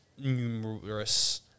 numerous